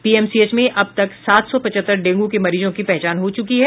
PMCH में अब तक सात सौ पचहत्तर डेंगू के मरीजों की पहचान हो चुकी है